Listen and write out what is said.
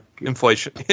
Inflation